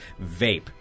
Vape